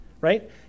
right